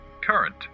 Current